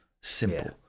Simple